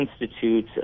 institute